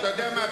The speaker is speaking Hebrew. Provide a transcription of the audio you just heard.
אתה יודע מה?